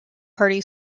party